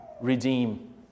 redeem